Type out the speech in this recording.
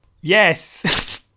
Yes